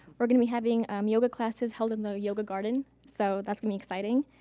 we're gonna be having um yoga classes held in the yoga garden so that's gonna be exciting.